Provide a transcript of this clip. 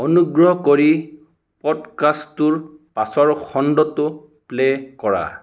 অনুগ্ৰহ কৰি পডকাষ্টটোৰ পাছৰ খণ্ডটো প্লে' কৰা